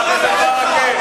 חבר הכנסת ברכה.